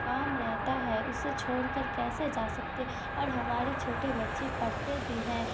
کام رہتا ہے اسے چھوڑ کر کیسے جا سکتے اور ہمارے چھوٹے بچے پڑھتے بھی ہیں